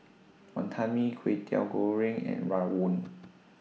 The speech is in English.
Wantan Mee Kwetiau Goreng and Rawon